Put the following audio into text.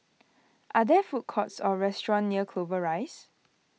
are there food courts or restaurants near Clover Rise